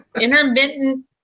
intermittent